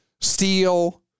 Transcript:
steel